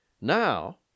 Now